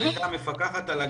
הייתה המפקחת על הגן,